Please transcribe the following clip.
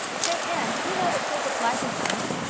say, anne, did you know that gilbert blythe is dying?